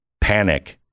Panic